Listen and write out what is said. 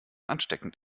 ansteckend